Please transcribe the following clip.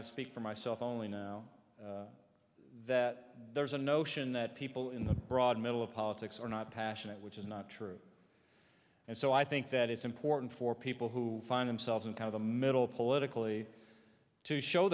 i speak for myself only now that there's a notion that people in the broad middle of politics are not passionate which is not true and so i think that it's important for people who find themselves in kind of a middle politically to show